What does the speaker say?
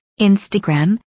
Instagram